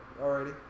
already